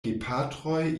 gepatroj